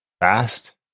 Fast